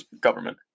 government